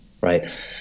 right